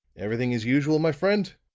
everything as usual, my friend?